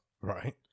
Right